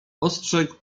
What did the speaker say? ostrzegł